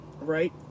right